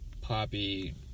poppy